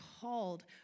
called